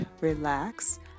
relax